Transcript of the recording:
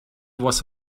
was